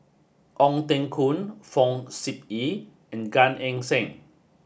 Ong Teng Koon Fong Sip Chee and Gan Eng Seng